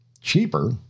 cheaper